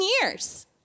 years